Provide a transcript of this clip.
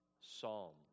psalm